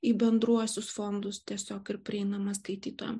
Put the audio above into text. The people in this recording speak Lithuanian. į bendruosius fondus tiesiog ir prieinama skaitytojam